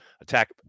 attack